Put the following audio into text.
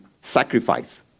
sacrifice